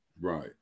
right